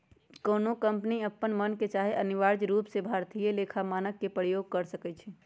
कोनो कंपनी अप्पन मन से चाहे अनिवार्य रूप से भारतीय लेखा मानक के प्रयोग कर सकइ छै